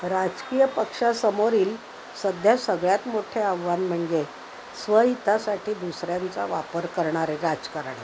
राजकीय पक्षासमोरील सध्या सगळ्यात मोठे आव्हान म्हणजे स्वहितासाठी दुसऱ्यांचा वापर करणारे राजकारणी